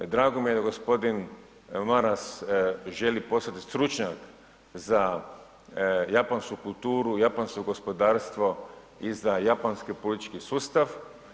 Drago mi je da g. Maras želi postati stručnjak za japansku kulturu, japansko gospodarstvo i za japanski politički sustav.